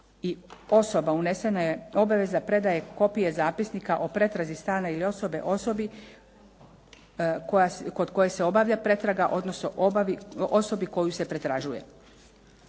i osoba unesene obaveza predaje kopije zapisnika o pretrazi stana ili osobe osobi koja, kod koje se obavlja pretraga odnosno osobi koju se pretražuje.